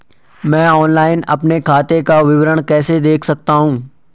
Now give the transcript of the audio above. मैं ऑनलाइन अपने खाते का विवरण कैसे देख सकता हूँ?